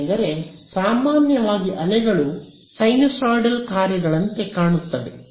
ಏಕೆಂದರೆ ಸಾಮಾನ್ಯವಾಗಿ ಅಲೆಗಳು ಸೈನುಸೈಡಲ್ ಕಾರ್ಯಗಳಂತೆ ಕಾಣುತ್ತವೆ